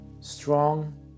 strong